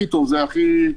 זה הכי טוב,